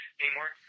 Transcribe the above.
anymore